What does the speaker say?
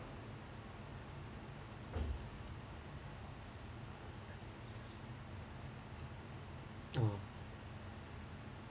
oh